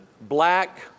black